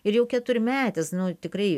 ir jau keturmetis nu tikrai